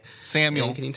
Samuel